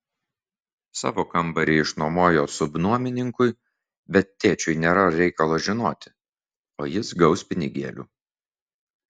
savo kambarį išnuomojo subnuomininkui bet tėčiui nėra reikalo žinoti o jis gaus pinigėlių